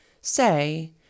say